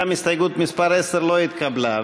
גם הסתייגות מס' 10 לא התקבלה.